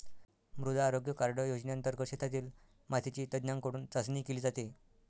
मृदा आरोग्य कार्ड योजनेंतर्गत शेतातील मातीची तज्ज्ञांकडून चाचणी केली जाते